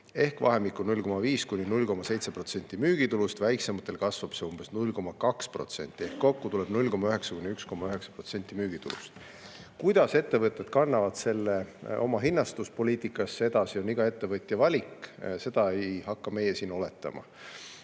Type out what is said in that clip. ehk vahemikku 0,5–0,7% müügitulust, väiksematel kasvab see umbes 0,2% [võrra] ehk kokku tuleb 0,9–1,9% müügitulust. Kuidas ettevõtted kannavad selle oma hinnastuspoliitikasse edasi, on iga ettevõtja valik, seda ei hakka meie siin oletama.